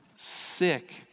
sick